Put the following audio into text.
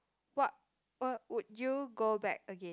what what would you go back again